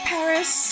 Paris